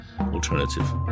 alternative